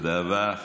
תודה רבה.